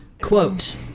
quote